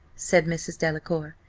said mrs. delacour.